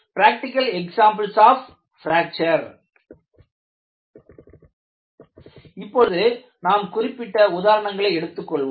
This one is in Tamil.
பிராக்டிகல் எக்ஸாம்பிள்ஸ் ஆப் பிராக்ச்சர் இப்பொழுது நாம் குறிப்பிட்ட உதாரணங்களை எடுத்துக் கொள்வோம்